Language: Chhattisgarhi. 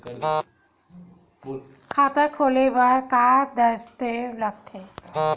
खाता खोले बर का का दस्तावेज लगथे?